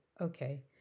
okay